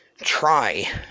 try